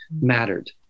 mattered